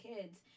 kids